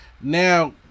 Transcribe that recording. now